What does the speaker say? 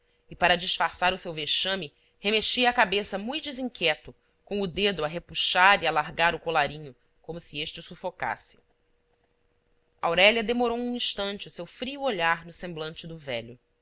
e para disfarçar o seu vexame remexia a cabeça mui desinquieto com o dedo a repuxar e alargar o colarinho como se este o sufocasse aurélia demorou um instante o seu frio olhar no semblante do velho